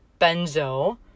benzo